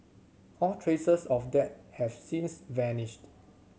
all traces of that have since vanished